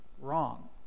wrong